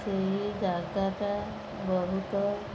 ସେହି ଜାଗାଟା ବହୁତ